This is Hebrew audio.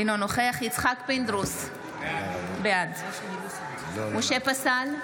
אינו נוכח יצחק פינדרוס, בעד משה פסל,